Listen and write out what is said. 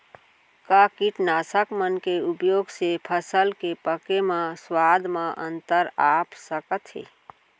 का कीटनाशक मन के उपयोग से फसल के पके म स्वाद म अंतर आप सकत हे?